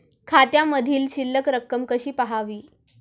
खात्यामधील शिल्लक रक्कम कशी पहावी?